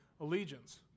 allegiance